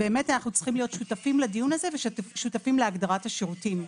אנחנו צריכים להיות שותפים לדיון הזה ושותפים להגדרת השירותים.